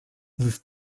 we’ve